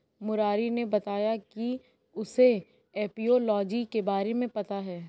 मुरारी ने बताया कि उसे एपियोलॉजी के बारे में पता है